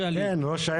לכאורה אין שום